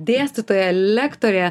dėstytoja lektorė